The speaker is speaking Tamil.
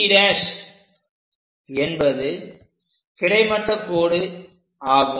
CC' என்பது கிடைமட்ட கோடு ஆகும்